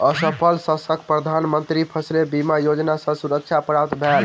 असफल शस्यक प्रधान मंत्री फसिल बीमा योजना सॅ सुरक्षा प्राप्त भेल